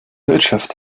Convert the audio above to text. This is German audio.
wirtschaft